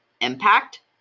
impact